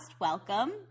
Welcome